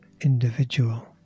individual